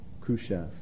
Khrushchev